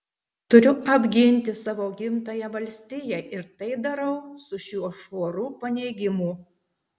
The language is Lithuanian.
turiu apginti savo gimtąją valstiją ir tai darau su šiuo šuoru paneigimų